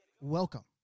Welcome